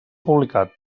publicat